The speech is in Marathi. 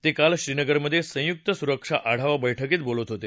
ते काल श्रीनगरमधे संयुक्त सुरक्षा आढावा बैठकीत बोलत होते